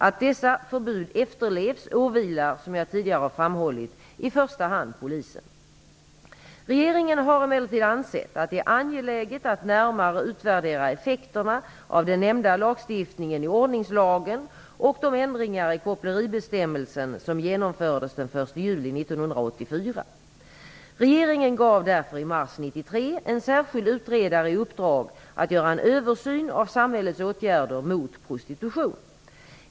Att dessa förbud efterlevs åvilar -- som jag tidigare har framhållit -- i första hand Polisen. Regeringen har emellertid ansett att det är angeläget att närmare utvärdera effekterna av den nämnda lagstiftningen i ordningslagen och de ändringar i koppleribestämmelsen som genomfördes den 1 juli 1984. Regeringen gav därför i mars 1993 en särskild utredare i uppdrag att göra en översyn av samhällets åtgärder mot prostitution.